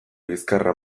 bizkarra